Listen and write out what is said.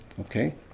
Okay